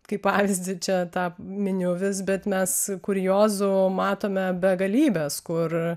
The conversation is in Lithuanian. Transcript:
kaip pavyzdį čia tą miniu vis bet mes kuriozų matome begalybės kur